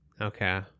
okay